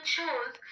shows